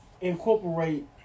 incorporate